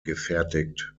gefertigt